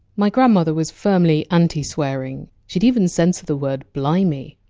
my grandmother was firmly anti-swearing. she! d even censor the word! blimey.